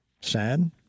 sad